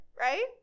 right